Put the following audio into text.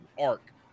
arc